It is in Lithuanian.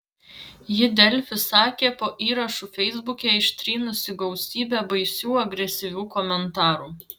ji delfi sakė po įrašu feisbuke ištrynusi gausybę baisių agresyvių komentarų